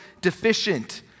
deficient